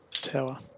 tower